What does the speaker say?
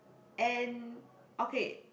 and okay